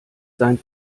sein